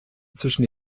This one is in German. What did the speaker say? zwischen